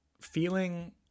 feeling